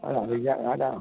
അല്ല വേണ്ട